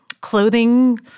clothing